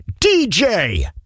DJ